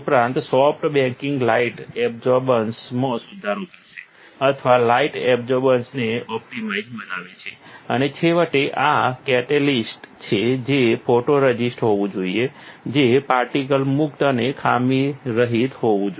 ઉપરાંત soft baking light absorbance માં સુધારો કરશે અથવા લાઇટ એબસોર્બન્સને ઓપ્ટિમાઇઝ બનાવે છે અને છેવટે આ કેટેલિસ્ટ છે જે ફોટોરઝિસ્ટ હોવું જોઈએ જે પાર્ટિકલ મુક્ત અને ખામીરહિત હોવું જોઈએ